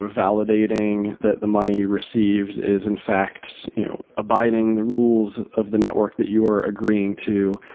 validating that the money received is in fact abiding the rules of the network that you are agreeing to.